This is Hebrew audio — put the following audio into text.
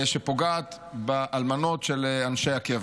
שפוגעת באלמנות של אנשי הקבע.